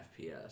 FPS